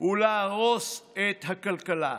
ולהרוס את הכלכלה,